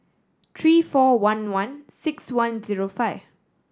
three four one one six one zero five